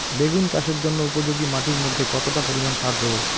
বেগুন চাষের জন্য উপযোগী মাটির মধ্যে কতটা পরিমান সার দেব?